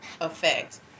effect